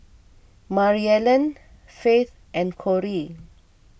Maryellen Faith and Corey